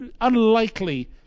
unlikely